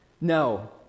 No